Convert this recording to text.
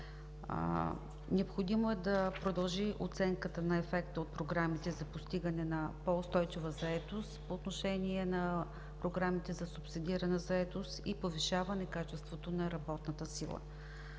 Необходимо е да продължи оценката на ефекта от програмите за постигане на по-устойчива заетост по отношение на програмите за субсидирана заетост и повишаване на качеството на работната сила.